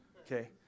okay